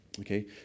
Okay